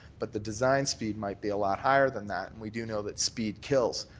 but the designed speed might be a lot higher than that. and we do know that speed kills.